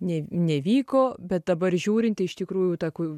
ne nevyko bet dabar žiūrint tai iš tikrųjų ta kū